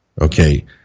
Okay